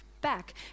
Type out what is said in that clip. back